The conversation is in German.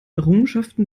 errungenschaften